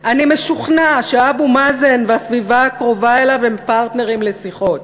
"אני משוכנע שאבו מאזן והסביבה הקרובה אליו הם פרטנרים לשיחות,